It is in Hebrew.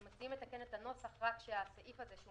אנחנו מציעים לתקן את הנוסח רק כשהסעיף הזה שהוא